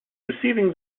receiving